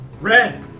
Red